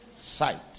sight